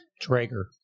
Traeger